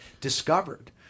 discovered